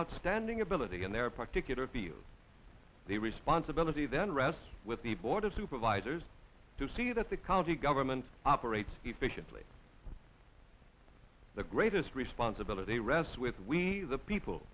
outstanding ability in their particular field the responsibility then rests with the board of who providers to see that the county government operates efficiently the greatest responsibility rests with we the people